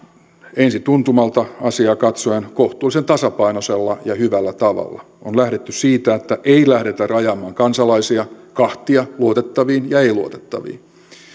ensi tuntumalta asiaa katsoen kohtuullisen tasapainoisella ja hyvällä tavalla on lähdetty siitä että ei lähdetä rajaamaan kansalaisia kahtia luotettaviin ja ei luotettaviin